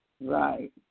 Right